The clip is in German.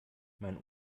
mein